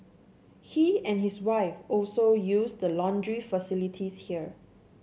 he and his wife also use the laundry facilities there